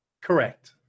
Correct